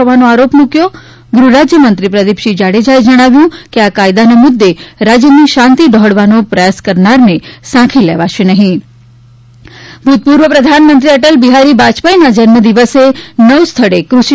હોવાનો આરોપ મૂક્યો ગૃહરાજ્યમંત્રી પ્રદીપસિંહ જાડેજાએ જણાવ્યું કે આ કાયદાના મુદ્દે રાજ્યની શાંતિ ડહોળવાનો પ્રયાસ કરનારને સાંખી લેવાશે નહીં ભૂતપૂર્વ પ્રધાનમંત્રી અટલ બિહારી વાજપેયીના જન્મ દિવસે નવ સ્થળે કૃષિ